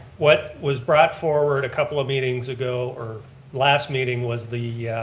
what was brought forward a couple of meetings ago or last meeting was the, yeah